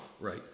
right